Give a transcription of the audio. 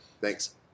Thanks